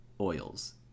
oils